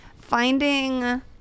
finding